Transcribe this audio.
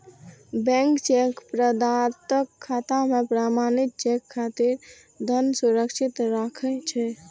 bank cheque प्रदाताक खाता मे प्रमाणित चेक खातिर धन सुरक्षित राखै छै